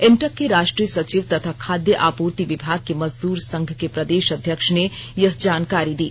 इंटक के राष्ट्रीय सचिव तथा खाद्य आपूर्ति विभाग के मजदूर संघ के प्रदेष अध्यक्ष ने यह जानकारी दी